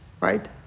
Right